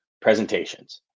presentations